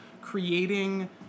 creating